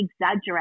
exaggerate